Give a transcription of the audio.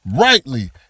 rightly